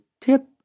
tip